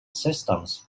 systems